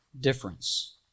difference